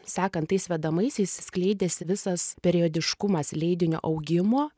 sekant tais vedamaisiais skleidėsi visas periodiškumas leidinio augimo